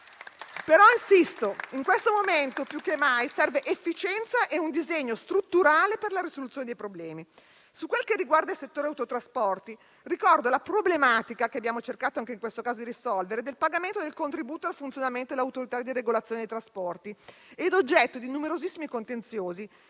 Insisto: in questo momento più che mai serve efficienza e un disegno strutturale per la risoluzione dei problemi. Per quel che riguarda il settore degli autotrasporti, ricordo la problematica, che abbiamo cercato anche in questo caso di risolvere, del pagamento del contributo al funzionamento dell'Autorità di regolazione dei trasporti, oggetto di numerosissimi contenziosi,